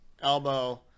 elbow